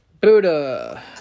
Buddha